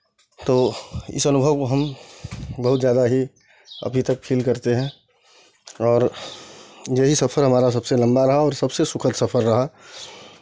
तो इस अनुभव में हम बहुत ज़्यादा ही अभी तक फ़ील करते हैं और यही सफ़र हमारा सबसे लम्बा रहा और सबसे सुखद सफ़र रहा